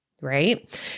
Right